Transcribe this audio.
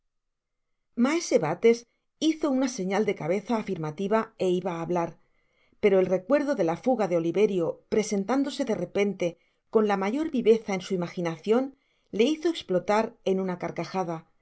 maese bates hizo una señal de cabeza afirmativa é iba á hablar pero el recuerdo de la fuga de oliverio presentándose de repente con la mayor viveza en su imaginacion le hizo esplotar en una carcajada